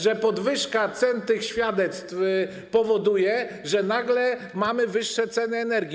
że podwyżka cen tych świadectw powoduje, że nagle mamy wyższe ceny energii.